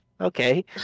okay